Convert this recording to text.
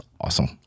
awesome